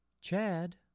Chad